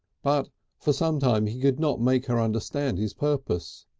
but for some time he could not make her understand his purpose.